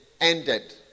ended